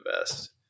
best